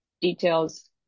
details